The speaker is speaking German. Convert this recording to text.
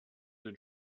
den